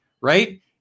right